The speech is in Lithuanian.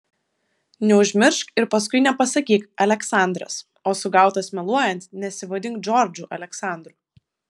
neužmiršk ir paskui nepasakyk aleksandras o sugautas meluojant nesivadink džordžu aleksandru